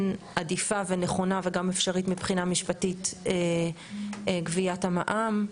עדיפה ונכונה וגם אפשרית מבחינה משפטית גביית המע"מ.